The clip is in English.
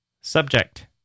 Subject